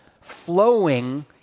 flowing